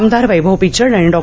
आमदार वैभव पिचड आणि डॉ